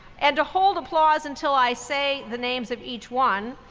and to hold applause until i say the names of each one.